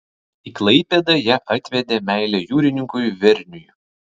į klaipėdą ją atvedė meilė jūrininkui verniui